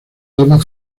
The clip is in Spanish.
alba